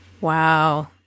Wow